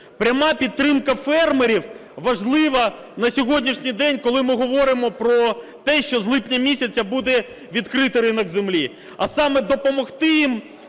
Пряма підтримка фермерів важлива на сьогоднішній день, коли ми говоримо про те, що з липня місяця буде відкритий ринок землі,